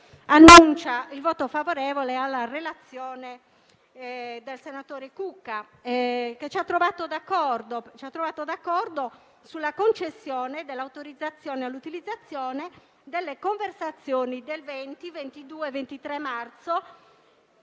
annuncia il voto favorevole alla relazione del senatore Cucca, che ci ha trovato d'accordo sulla concessione dell'autorizzazione all'utilizzo delle intercettazioni delle conversazioni del 20, 22 e 23 marzo,